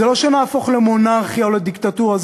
לא שנהפוך למונרכיה או לדיקטטורה,